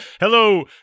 Hello